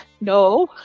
No